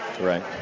Right